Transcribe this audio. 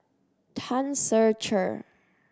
Tan Ser Cher